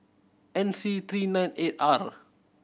N C three nine eight R